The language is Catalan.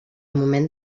moment